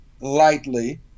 lightly